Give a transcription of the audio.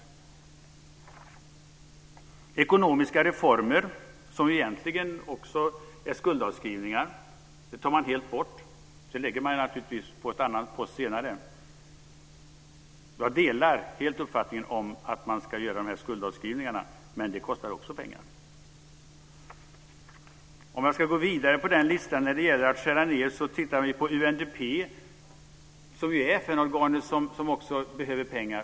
Pengar till ekonomiska reformer, som egentligen är skuldavskrivningar, tar man helt bort. Dem lägger man naturligtvis på en annan post. Jag delar uppfattningen att man ska göra skuldavskrivningar, men det kostar också pengar.